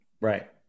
right